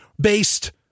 based